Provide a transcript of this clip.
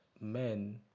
men